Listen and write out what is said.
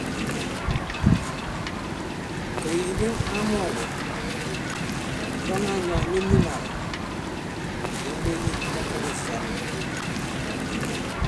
. Káiḃen amooġo donañamiminale, momuinimokoġuziami.